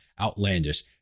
outlandish